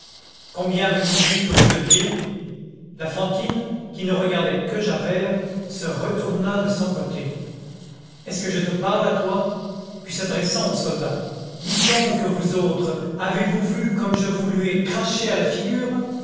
combien avez-vous dit que vous deviez la fantine qui ne regardait que javert se retourna de son côté est-ce que je te parle à toi puis s'adressant aux soldats dites donc vous autres avez-vous vu comme je te vous lui ai craché à la figure